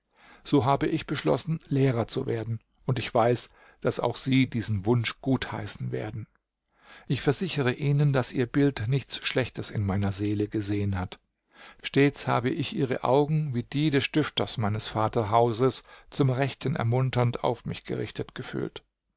so habe ich beschlossen lehrer zu werden und ich weiß daß auch sie diesen wunsch gutheißen werden ich versichere ihnen daß ihr bild nichts schlechtes in meiner seele gesehen hat stets habe ich ihre augen wie die des stifters meines vaterhauses zum rechten ermunternd auf mich gerichtet gefühlt